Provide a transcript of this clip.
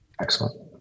excellent